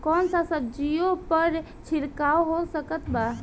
कौन सा सब्जियों पर छिड़काव हो सकत बा?